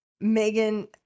Megan